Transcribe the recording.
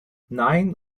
nine